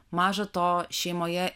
maža to šeimoje